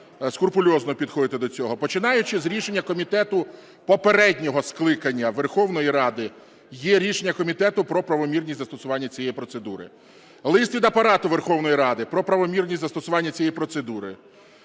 починаючи з рішення комітету попереднього скликання Верховної ради, є рішення комітету про правомірність застосування цієї процедури, лист від Апарату Верховної Ради про правомірність застосування цієї процедури.